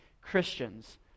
Christians